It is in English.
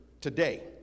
today